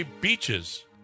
beaches